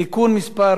(תיקון מס'